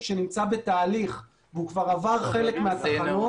שנמצא בתהליך והוא כבר עבר חלק מהתחנות,